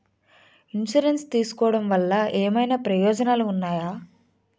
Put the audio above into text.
Insurance తీసుకోవటం వల్ల ఏమైనా ప్రయోజనాలు ఉన్నాయా?